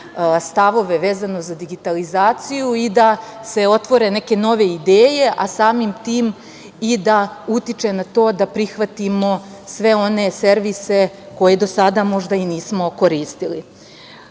stavove vezano za digitalizaciju i da se otvore neke nove ideje, a samim tim i da utiče na to da prihvatimo sve one servise koje do sada možda i nismo koristili. On